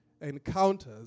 Encounters